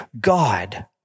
God